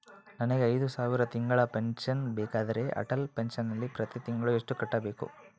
ನನಗೆ ಐದು ಸಾವಿರ ತಿಂಗಳ ಪೆನ್ಶನ್ ಬೇಕಾದರೆ ಅಟಲ್ ಪೆನ್ಶನ್ ನಲ್ಲಿ ಪ್ರತಿ ತಿಂಗಳು ಎಷ್ಟು ಕಟ್ಟಬೇಕು?